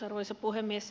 arvoisa puhemies